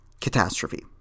catastrophe